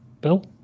bill